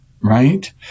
right